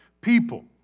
people